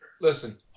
Listen